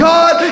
God